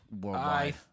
worldwide